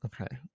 Okay